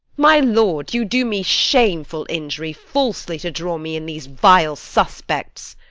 my lord, you do me shameful injury falsely to draw me in these vile suspects.